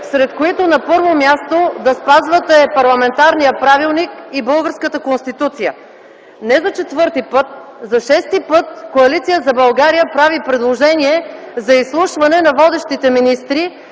сред които на първо място да спазвате парламентарния правилник и българската Конституция. Не за четвърти път, за шести път Коалиция за България прави предложение за изслушване на водещите министри